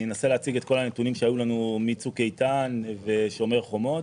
אני אנסה להציג את כל הנתונים שהיו לנו מצוק איתן ומשומר חומות,